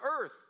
earth